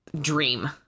dream